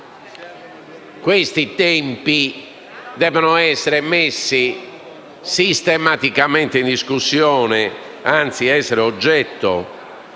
questi tempi devono essere messi sistematicamente in discussione, anzi essere oggetto